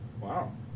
Wow